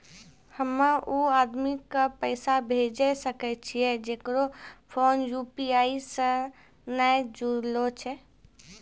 हम्मय उ आदमी के पैसा भेजै सकय छियै जेकरो फोन यु.पी.आई से नैय जूरलो छै?